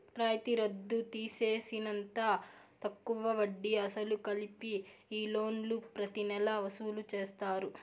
రాయితీ రద్దు తీసేసినంత తక్కువ వడ్డీ, అసలు కలిపి ఈ లోన్లు ప్రతి నెలా వసూలు చేస్తారు